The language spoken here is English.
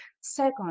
Second